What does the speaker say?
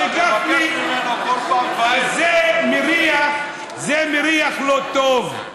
זה מריח לא טוב.